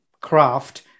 craft